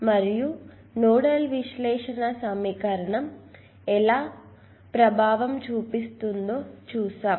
circuit లో వివిధ మార్పులు చేసి మరియు ఈనోడల్ విశ్లేషణ సమీకరణం ఎలా సెటప్ ప్రభావం చూపిస్తుందో చూస్తాం